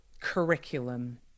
curriculum